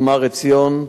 חטמ"ר עציון,